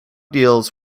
deals